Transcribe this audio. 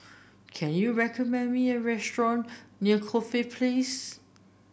can you recommend me a restaurant near Corfe Place